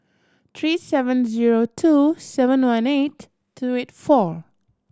three seven zero two seven one eight two eight four